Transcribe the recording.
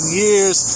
years